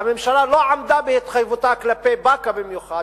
והממשלה לא עמדה בהתחייבותה כלפי באקה במיוחד,